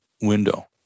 window